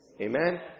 Amen